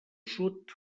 sud